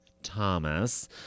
Thomas